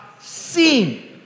seen